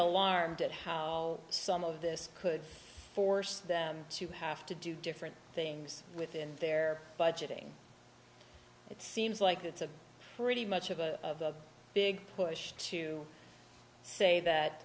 alarmed at how some of this could force them to have to do different things within their budgeting it seems like it's a pretty much of a big push to say that